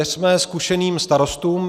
Věřme zkušeným starostům.